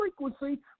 frequency